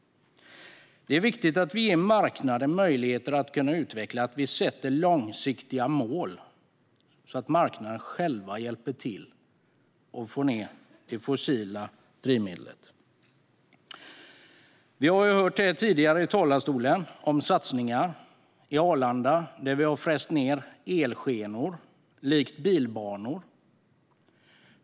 Det är viktigt att vi ger marknaden möjligheter att utveckla detta och att vi sätter långsiktiga mål, så att marknaden själv hjälper till att få ned de fossila drivmedlen. Vi har hört om satsningar här tidigare i dag. Vid Arlanda har man fräst ned elskenor likt bilbanor.